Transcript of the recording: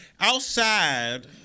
outside